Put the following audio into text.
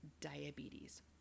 diabetes